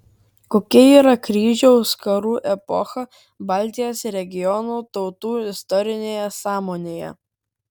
kokia yra kryžiaus karų epocha baltijos regiono tautų istorinėje sąmonėje